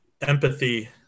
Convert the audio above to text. Empathy